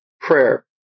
prayer